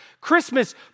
Christmas